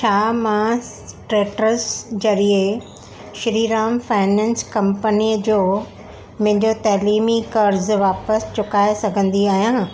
छा मां सिट्रट्स ज़रिए श्रीराम फाइनेंस कंपनी जो मुंहिंजो तइलीमी क़र्ज़ु वापसि चुकाए सघंदी आहियां